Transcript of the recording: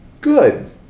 Good